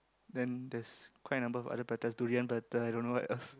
then there's quite a number of other pratas durian prata I don't know what else